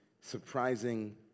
surprising